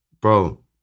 bro